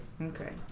Okay